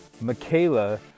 Michaela